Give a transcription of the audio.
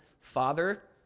father